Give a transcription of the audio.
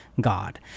God